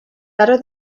better